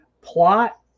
Plot